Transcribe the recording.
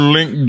Link